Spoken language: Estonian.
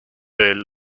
veel